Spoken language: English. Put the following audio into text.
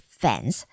fans